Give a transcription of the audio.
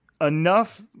enough